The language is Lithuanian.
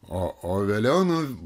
o o vėliau nu